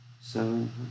seven